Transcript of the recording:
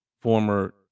former